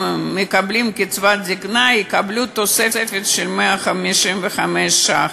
מקבלים קצבת זיקנה יקבלו תוספת של 155 ש"ח.